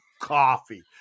coffee